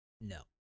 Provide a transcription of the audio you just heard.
No